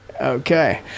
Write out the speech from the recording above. okay